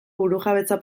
burujabetza